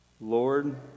Lord